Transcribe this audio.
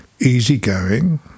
easygoing